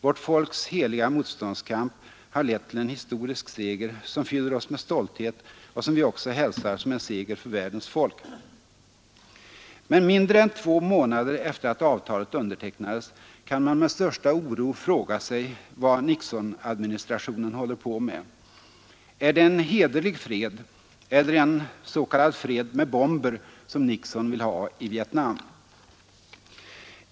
Vårt folks heliga motståndskamp har lett till en historisk seger, som fyller oss med stolthet och som vi också hälsar som en seger för världens folk.” Men mindre än två månader efter att avtalet undertecknades kan man med största oro fråga sig vad Nixonadministrationen håller på med. Är det en ”hederlig fred” eller en ”fred” med bomber som Nixon vill ha i Vietnam?